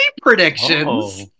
predictions